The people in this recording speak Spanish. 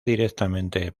directamente